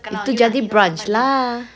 itu jadi brunch lah